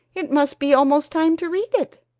it must be almost time to read it!